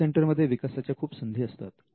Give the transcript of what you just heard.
I P सेंटरमध्ये विकासाच्या खूप संधी असतात